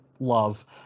love